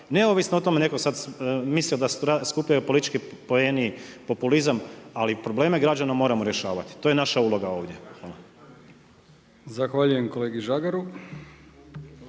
neovisno o tome neko sad mislio da se tu skupljaju politički poeni, populizam, ali probleme građana moramo rješavati. To je naša uloga ovdje.